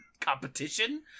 competition